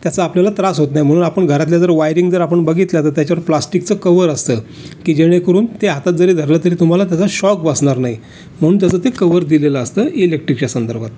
त्याचा आपल्याला त्रास होत नाही म्हणून आपण घरातल्या जर वायरिंग जर आपण बघितल्या तर त्याच्यावर प्लॅस्टिकचं कवर असतं की जेणेकरून ते हातात जरी धरलं तरी तुम्हाला त्याचा शॉक बसणार नाही म्हणून त्याचं ते कवर दिलेलं असतं इलेक्ट्रिकच्या संदर्भात